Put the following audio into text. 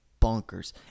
bonkers